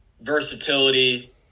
versatility